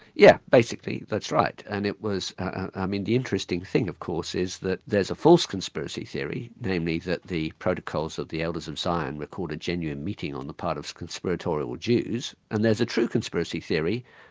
yeah basically, that's right. and it was i ah mean the interesting thing of course is that there's a false conspiracy theory, namely that the protocols of the elders of zion record a genuine meeting on the part of conspiratorial jews, and there's a true conspiracy theory,